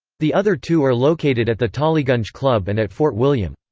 the other two are located at the tollygunge club and at fort william.